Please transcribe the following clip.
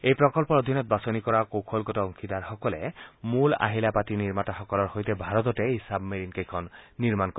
এই প্ৰকল্পৰ অধীনত বাছনি কৰা ভাৰতীয় কৌশলগত অংশীদাৰসকলে মূল আহিলা নিৰ্মাতাসকলৰ সৈতে ভাৰততে এই ছাবমেৰিনকেইখন নিৰ্মাণ কৰিব